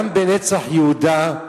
גם ב"נצח יהודה"